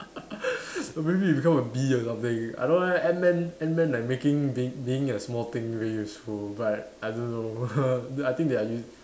maybe you become a bee or something I don't know eh ant man ant man like making being being a small thing really useful but I don't know I think they are use